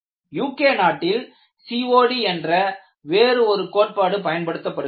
UK நாட்டில் COD என்ற வேறு ஒரு கோட்பாடு பயன்படுத்தப்படுகிறது